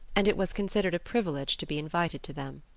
and it was considered a privilege to be invited to them.